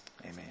Amen